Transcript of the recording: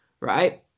right